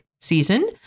season